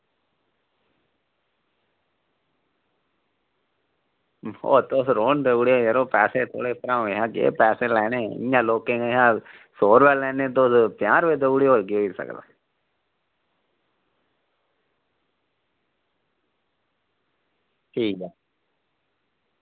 ओह् तुस रौह्न देई ओड़ेओ पैसे थुआढ़े भ्राऊ कशा केह् पैसे लैने इ'यां लोकें कशा सौ रपेआ लैन्ने तुस पंजाह् रपेआ देई ओड़ेओ ठीक ऐ